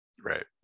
right